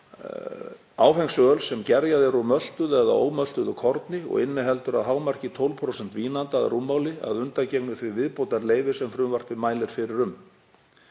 áfengs öls sem gerjað er úr möltuðu eða ómöltuðu korni og inniheldur að hámarki 12% vínanda að rúmmáli að undangengnu því viðbótarleyfi sem frumvarpið mælir fyrir um.